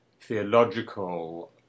theological